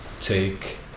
take